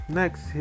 next